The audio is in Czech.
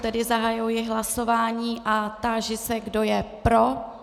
Tedy zahajuji hlasování a táži se, kdo je pro.